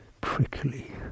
prickly